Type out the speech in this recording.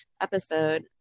episode